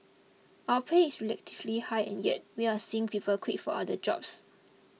our pay is relatively high and yet we're seeing people quit for other jobs